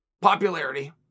popularity